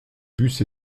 bus